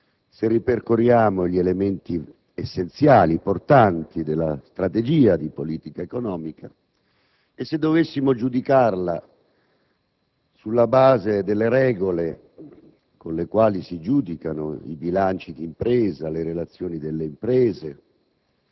Se ripercorriamo gli elementi essenziali e portanti della strategia di politica economica, e se dovessimo giudicarla sulla base delle regole con le quali si giudicano i bilanci di impresa e le relazioni delle imprese,